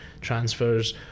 transfers